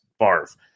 Barf